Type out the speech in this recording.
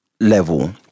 level